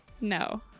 No